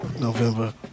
November